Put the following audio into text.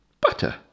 Butter